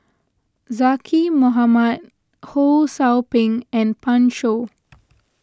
Zaqy Mohamad Ho Sou Ping and Pan Shou